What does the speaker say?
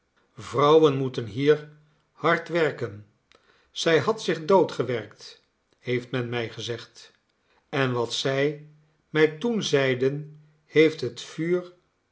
vrouwen moeten hier hard werken zij had zich dood gewerkt heeft men mij gezegd en wat zij mij toen zeiden heeft het vuur